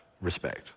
respect